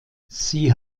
sie